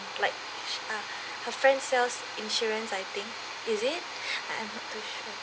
like uh her friend sells insurance I think is it and to show